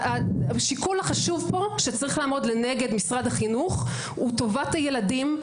השיקול החשוב פה שצריך לעמוד לנגד משרד החינוך הוא טובת הילדים.